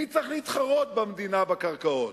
מי צריך להתחרות במדינה בקרקעות?